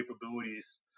capabilities